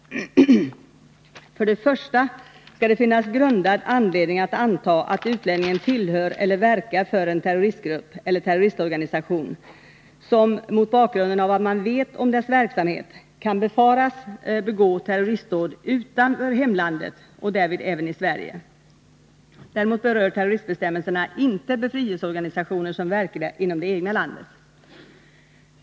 För det första skall det finnas grundad anledning att anta att utlänningen tillhör eller verkar för en terroristgrupp eller terroristorganisation som — mot bakgrund av vad man vet om dess verksamhet — kan befaras begå terroristdåd utanför hemlandet och därvid även i Sverige. Däremot berör terroristbestämmelserna inte befrielseorganisationer som verkar inom det egna landet.